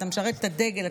אתה משרת את הדגל,